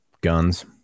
guns